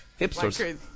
Hipsters